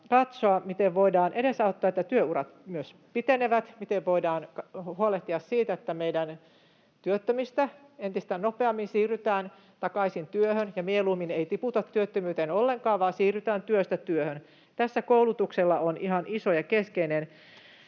katsoa, miten voidaan edesauttaa, että työurat myös pitenevät, miten voidaan huolehtia siitä, että meidän työttömistä entistä nopeammin siirrytään takaisin työhön ja mieluummin ei tiputa työttömyyteen ollenkaan vaan siirrytään työstä työhön. Tässä koulutuksella on ihan iso ja keskeinen